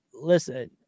Listen